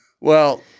Well-